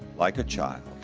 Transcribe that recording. like a child,